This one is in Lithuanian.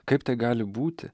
kaip tai gali būti